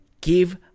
give